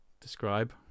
describe